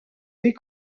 les